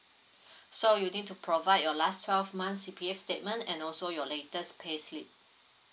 so you need to provide your last twelve months C_P_F statement and also your latest pay slip